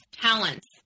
talents